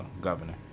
governor